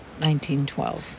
1912